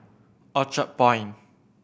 Orchard Point